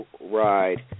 ride